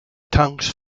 tanks